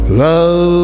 love